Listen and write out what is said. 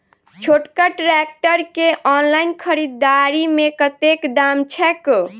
छोटका ट्रैक्टर केँ ऑनलाइन खरीददारी मे कतेक दाम छैक?